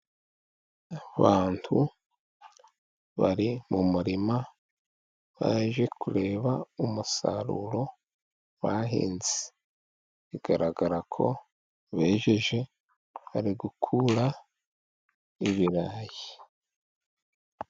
Abantu bari mu murima baje kureba umusaruro bahinze, bigaragara ko bejeje bari gukura ibirayi.